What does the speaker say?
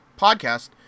podcast